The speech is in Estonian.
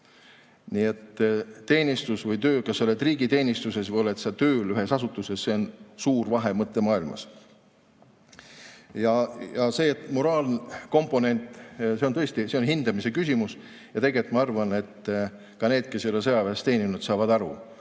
Nii et teenistus või töö, kas sa oled riigiteenistuses või oled sa tööl ühes asutuses – siin on suur vahe mõttemaailmas. See moraalkomponent on [siin] tõesti, see on hindamise küsimus. Tegelikult ma arvan, et ka need, kes ei ole sõjaväes teeninud, saavad aru. Aga